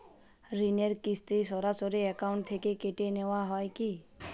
ঋণের কিস্তি সরাসরি অ্যাকাউন্ট থেকে কেটে নেওয়া হয় কি?